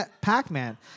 Pac-Man